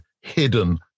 hidden